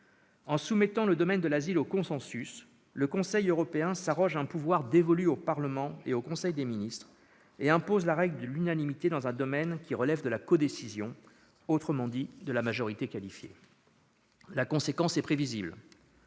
En soumettant le domaine de l'asile au consensus, le Conseil européen s'arroge un pouvoir dévolu au Parlement et au conseil des ministres et impose la règle de l'unanimité dans un domaine qui relève de la codécision, autrement dit de la majorité qualifiée. La conséquence est prévisible,